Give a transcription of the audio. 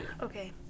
Okay